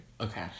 Okay